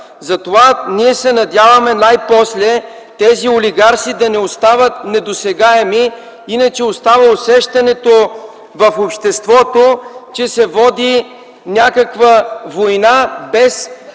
Затова ние се надяваме най-после тези олигарси да не остават недосегаеми, иначе остава усещането в обществото, че се води някаква война, без